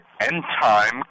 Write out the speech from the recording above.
end-time